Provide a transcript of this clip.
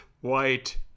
white